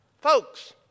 Folks